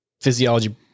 physiology